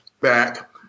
back